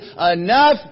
enough